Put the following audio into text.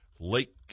Lake